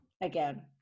again